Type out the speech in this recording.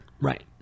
right